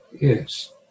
Yes